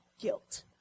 guilt